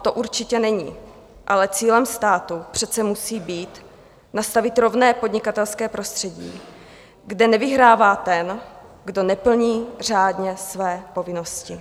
To určitě není, ale cílem státu přece musí být nastavit rovné podnikatelské prostředí, kde nevyhrává ten, kdo neplní řádně své povinnosti.